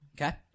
Okay